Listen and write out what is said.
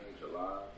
July